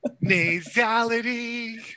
Nasality